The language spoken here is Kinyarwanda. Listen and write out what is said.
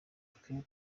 twe